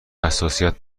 حساسیت